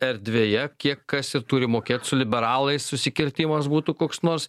erdvėje kiek kas ir turi mokėt su liberalais susikirtimas būtų koks nors